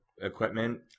equipment